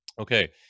Okay